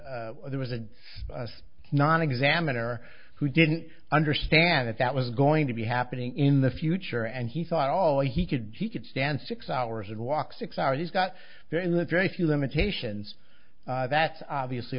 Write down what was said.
and there was a non examiner who didn't understand that that was going to be happening in the future and he thought all he could he could stand six hours and walk six hours he's got very live very few limitations that's obviously